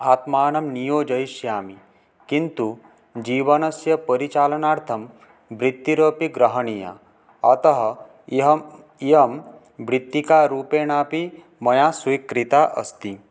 आत्मानं नियोजयिष्यामि किन्तु जीवनस्य परिचालनार्थं वृत्तिरपि ग्रहणीया अतः इहम् इयम् वृत्तिकारूपेणापि मया स्वीकृता अस्ति